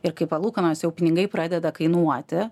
ir kai palūkanos jau pinigai pradeda kainuoti